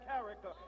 character